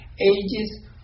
ages